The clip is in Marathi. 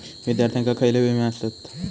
विद्यार्थ्यांका खयले विमे आसत?